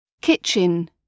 kitchen